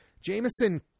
Jameson